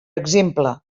exemple